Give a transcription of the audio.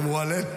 אמרו הלל.